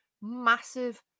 massive